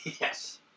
Yes